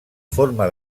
forma